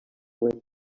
web